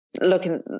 looking